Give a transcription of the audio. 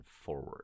forward